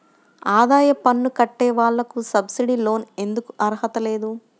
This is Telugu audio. ఆదాయ పన్ను కట్టే వాళ్లకు సబ్సిడీ లోన్ ఎందుకు అర్హత లేదు?